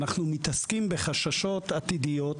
אנחנו מתעסקים בחששות עתידיים.